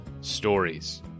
stories